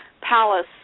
palace